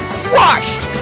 crushed